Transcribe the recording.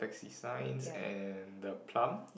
signs and the plum